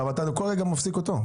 אבל אתה כל רגע מפסיק אותו.